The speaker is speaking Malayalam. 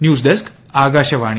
news desk Akashvani